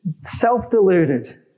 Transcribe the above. Self-deluded